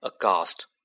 aghast